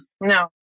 No